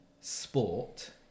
sport